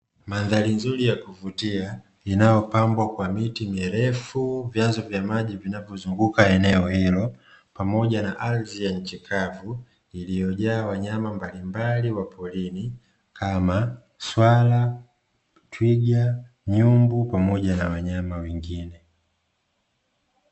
Mandhari nzuri ya kuvutia inayopambwa kwa miti mirefu, vyanzo vya maji vinavyozunguka eneo hilo pamoja na ardhi ya nchi kavu iliyojaa wanyama mbalimbali wa porini kama: swala, twiga, nyumbu pamoja na wanyama wengine.